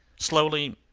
slowly,